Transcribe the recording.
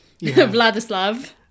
Vladislav